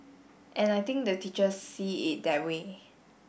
and I think the teachers see it that way